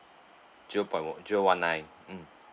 zero point on~ zero one nine mm